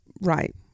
Right